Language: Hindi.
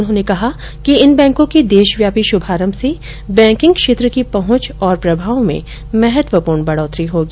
उन्होंने कहा कि इन बैंकों के देशव्यापी शुभारम्भ से बैंकिंग क्षेत्र की पहुंच और प्रभाव में महत्वपूर्ण बढ़ोतरी होगी